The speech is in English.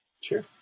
sure